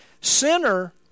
Sinner